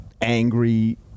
angry